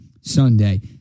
Sunday